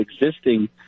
existing